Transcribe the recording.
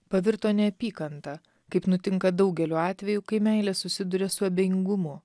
pavirto neapykanta kaip nutinka daugeliu atvejų kai meilė susiduria su abejingumu